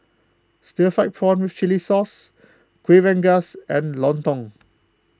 Stir Fried Prawn with Chili Sauce Kuih Rengas and Lontong